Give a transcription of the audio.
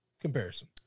comparison